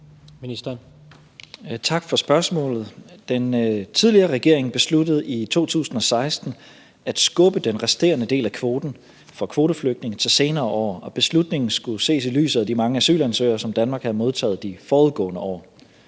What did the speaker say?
Tesfaye): Tak for spørgsmålet. Den tidligere regering besluttede i 2016 at skubbe den resterende del af kvoten for kvoteflygtninge til senere år, og beslutningen skulle ses i lyset af de mange asylansøgere, som Danmark havde modtaget de forudgående år.